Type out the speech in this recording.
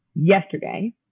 Yesterday